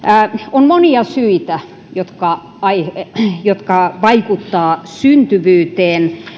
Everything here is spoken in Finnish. on monia syitä jotka vaikuttavat syntyvyyteen